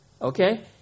Okay